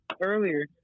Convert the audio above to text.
earlier